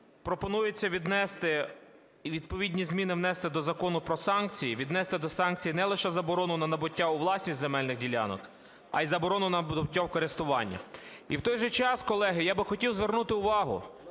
пропонується віднести і відповідні зміни внести до Закону "Про санкції", віднести до санкцій не лише заборону на набуття у власність земельних ділянок, а і заборону на користування. І, в той же час, колеги, я би хотів звернути увагу,